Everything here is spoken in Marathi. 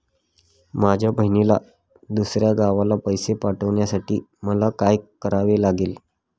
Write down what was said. माझ्या बहिणीला दुसऱ्या गावाला पैसे पाठवण्यासाठी मला काय करावे लागेल?